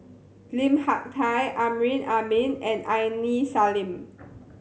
Lim Hak Tai Amrin Amin and Aini Salim